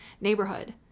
neighborhood